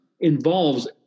involves